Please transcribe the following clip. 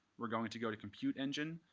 we're going to go to compute engine,